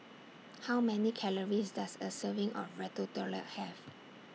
How Many Calories Does A Serving of Ratatouille Have